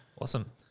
Awesome